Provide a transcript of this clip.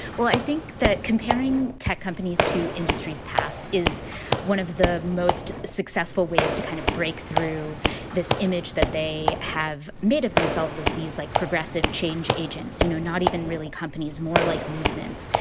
well, i think that comparing tech companies to industries past is one of the most successful ways to kind of break through this image that they have made of themselves as these, like, progressive change agents, you know, not even really companies, more like movements,